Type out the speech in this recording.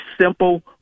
simple